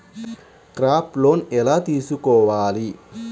Crop loan ఎలా తీసుకోవాలి?